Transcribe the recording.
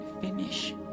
finish